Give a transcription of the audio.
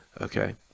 okay